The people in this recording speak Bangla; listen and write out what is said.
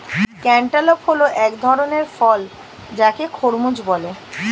ক্যান্টালপ হল এক ধরণের ফল যাকে খরমুজ বলে